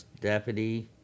deputy